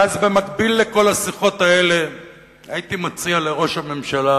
ואז במקביל לכל השיחות האלה הייתי מציע לראש הממשלה